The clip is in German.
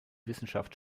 wissenschaft